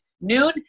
noon